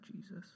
Jesus